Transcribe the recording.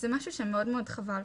זה משהו שמאוד חבל.